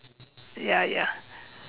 ya ya